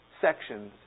sections